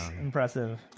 Impressive